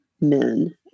men